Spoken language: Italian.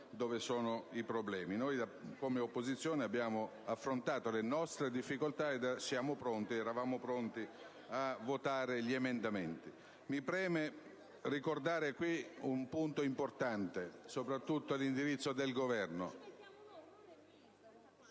dove siano i problemi. Come opposizione, noi abbiamo affrontato le nostre difficoltà ed eravamo pronti a votare gli emendamenti. Mi preme poi ricordare un punto importante, soprattutto all'indirizzo del Governo.